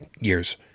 years